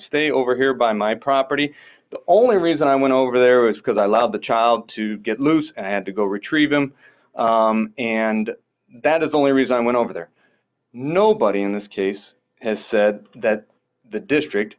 stay over here by my property the only reason i went over there was because i love the child to get loose and i had to go retrieve them and that is the only reason i went over there nobody in this case has said that the district